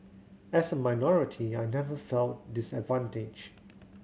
as a minority I never felt disadvantaged